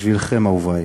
בשבילכם, אהובי,